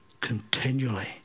continually